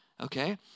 Okay